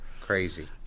Crazy